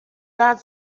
got